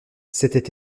c’était